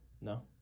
no